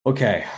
Okay